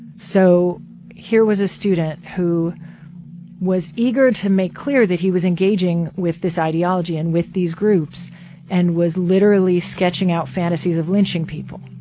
so here was a student who was eager to make clear that he was engaging with this ideology and with these groups and was literally sketching out fantasies of lynching people.